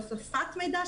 בהוספת מידע,